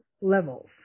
levels